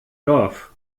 dorf